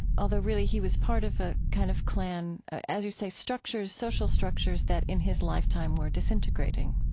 although, really, he was part of a kind of clan, as you say, structures, social structures that in his lifetime were disintegrating.